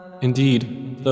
Indeed